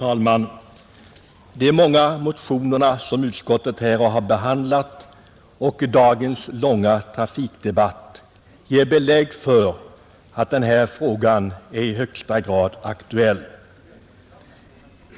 Herr talman! De många motionerna som utskottet här har behandlat och dagens långa trafikdebatt ger belägg för att denna fråga är i högsta grad aktuell.